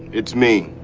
it's me,